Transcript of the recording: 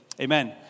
amen